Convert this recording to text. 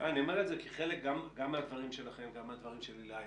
אני אומר את זה כי בחלק מהדברים שלכם וגם מהדברים של עילי,